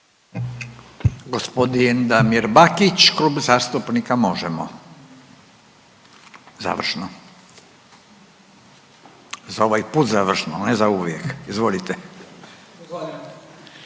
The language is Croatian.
Gospodin Damir Bakić Klub zastupnika Možemo! završno. Za ovaj put završno ne zauvijek. Izvolite.